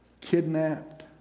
kidnapped